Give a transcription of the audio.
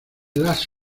las